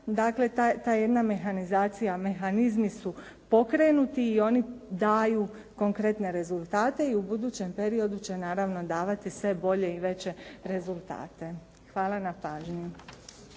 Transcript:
Dakle, ta jedna mehanizacija, mehanizmi su pokrenuti i oni daju konkretne rezultate i u budućem periodu će naravno davati sve bolje i veće rezultate. Hvala na pažnji.